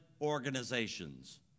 organizations